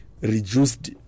reduced